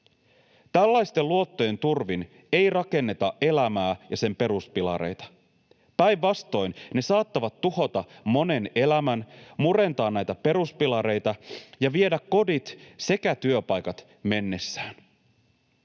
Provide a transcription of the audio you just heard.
Tällaisten luottojen turvin ei rakenneta elämää ja sen peruspilareita. Päinvastoin, ne saattavat tuhota monen elämän, murentaa näitä peruspilareita ja viedä kodit sekä työpaikat mennessään.